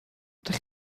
ydych